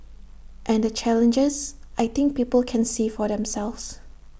and the challenges I think people can see for themselves